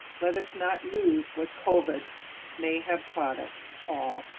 let us not lose what covid may have taught us all